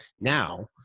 Now